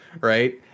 right